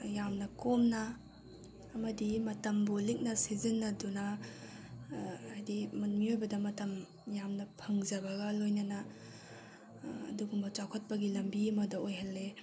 ꯌꯥꯝꯅ ꯀꯣꯝꯅ ꯑꯃꯗꯤ ꯃꯇꯝꯕꯨ ꯂꯤꯛꯅ ꯁꯤꯖꯤꯟꯅꯗꯨꯅ ꯍꯥꯏꯗꯤ ꯃꯤꯑꯣꯏꯕꯗ ꯃꯇꯝ ꯌꯥꯝꯅ ꯐꯪꯖꯕꯒ ꯂꯣꯏꯅꯅ ꯑꯗꯨꯒꯨꯝꯕ ꯆꯥꯎꯈꯠꯄꯒꯤ ꯂꯝꯕꯤ ꯑꯃꯗ ꯑꯣꯏꯍꯜꯂꯦ